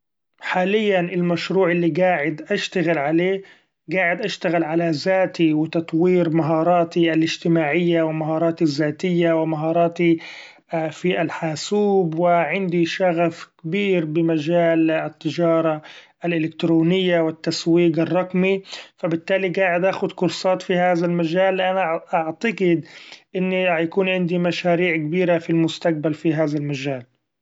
حاليا المشروع اللي قاعد اشتغل عليه قاعد اشتغل علي ذاتي و تطوير مهاراتي الإجتماعية و مهاراتي الذاتية و مهاراتي في الحاسوب ، وعندي شغف كبير بمجال التجارة الإلكترونية والتسويق الرقمي ، ف بالتالي قاعد اخد كورسات في هذا المجال ، أنا أعقتد إني حيكون عندي مشاريع كبيرة في المستقبل في هذا المجال.